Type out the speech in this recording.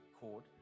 chord